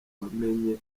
wamenye